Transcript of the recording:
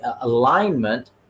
alignment